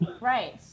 Right